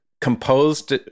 composed